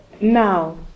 now